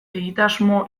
egitasmo